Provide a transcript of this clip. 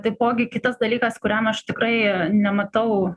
taipogi kitas dalykas kuriam aš tikrai nematau